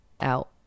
out